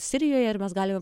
sirijoje ir mes galim